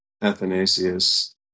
Athanasius